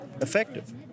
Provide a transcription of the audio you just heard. effective